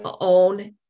own